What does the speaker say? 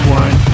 one